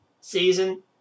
season